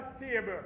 table